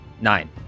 Nine